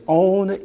own